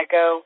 go